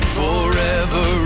forever